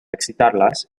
excitarlas